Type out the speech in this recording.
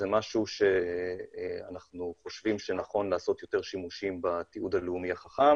זה משהו שאנחנו חושבים שנכון לעשות יותר שימושים בתיעוד הלאומי החכם